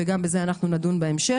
וגם בזה אנחנו נדון בהמשך.